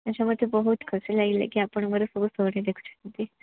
ଆଚ୍ଛା ମୋତେ ବହୁତ ଖୁସି ଲାଗିଲା କି ଆପଣ ମୋର ସବୁ ସୋରେ ଦେଖୁଛନ୍ତି